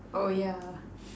oh yeah